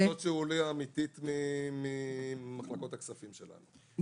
זה חשש שעולה ממחלקות הכספים שלנו.